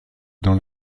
dans